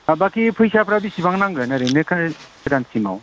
बाखि फैसाफ्रा बिसिबां नांगोन ओरैनो गोदान सिमआव